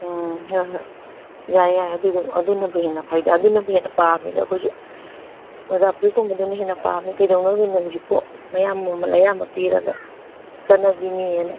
ꯎꯝ ꯍꯣꯏ ꯍꯣꯏ ꯌꯥꯏ ꯌꯥꯏ ꯑꯗꯨ ꯑꯗꯨꯝ ꯑꯗꯨꯅꯕꯨ ꯍꯦꯟꯅ ꯐꯩꯗ ꯑꯗꯨꯅꯕꯨ ꯍꯦꯟꯅ ꯄꯥꯝꯃꯤꯗ ꯑꯩꯈꯣꯏꯁꯨ ꯃꯣꯖꯥ ꯐꯨꯔꯤꯠ ꯀꯨꯝꯕꯗꯨꯅ ꯍꯦꯟ ꯄꯥꯝꯃꯤ ꯀꯩꯗꯧꯅꯔꯨꯗꯣꯏꯅꯣ ꯍꯧꯖꯤꯛꯄꯨ ꯃꯃꯜ ꯑꯌꯥꯝꯕ ꯄꯤꯔꯒ ꯆꯠꯅꯕꯤꯅꯦꯅ